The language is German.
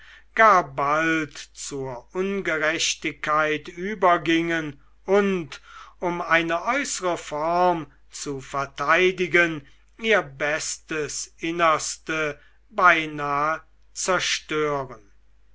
bald zur ungerechtigkeit übergingen und um eine äußere form zu verteidigen ihr bestes innerste beinahe zerstörten